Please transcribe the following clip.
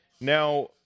Now